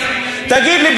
תגיד לי,